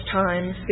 times